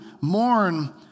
mourn